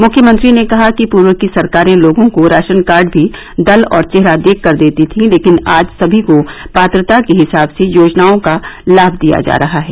मुख्यमंत्री ने कहा कि पूर्व की सरकारें लोगों को राशन कार्ड भी दल और चेहरा देखकर देती थीं लेकिन आज सभी को पात्रता के हिसाब से योजनाओं का लाभ दिया जा रहा है